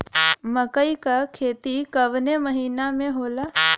मकई क खेती कवने महीना में होला?